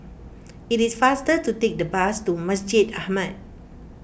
it is faster to take the bus to Masjid Ahmad